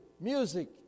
music